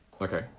Okay